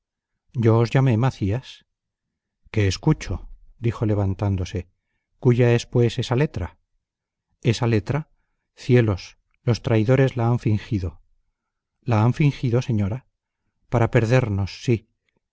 yo os llamé macías qué escucho dijo levantándose cúya es pues esa letra esa letra cielos los traidores la han fingido la han fingido señora para perdernos sí